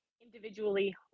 individually